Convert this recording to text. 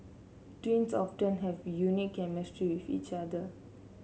twins often have a unique chemistry with each other